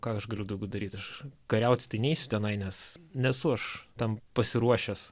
ką aš galiu daugiau daryt aš kariaut tai neisiu tenai nes nesu aš tam pasiruošęs